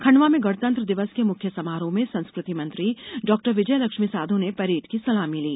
खंडवा में गणतंत्र दिवस के मुख्य समारोह में संस्कृति मंत्री डॉक्टर विजयलक्ष्मी साधौ ने परेड की सलामी ली